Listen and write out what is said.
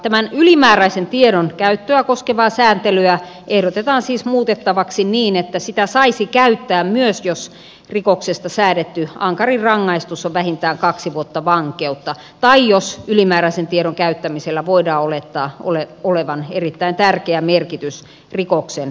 tämän ylimääräisen tiedon käyttöä koskevaa sääntelyä ehdotetaan siis muutettavaksi niin että sitä saisi käyttää myös jos rikoksesta säädetty ankarin rangaistus on vähintään kaksi vuotta vankeutta tai jos ylimääräisen tiedon käyttämisellä voidaan olettaa olevan erittäin tärkeä merkitys rikoksen selvittämiselle